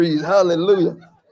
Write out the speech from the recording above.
Hallelujah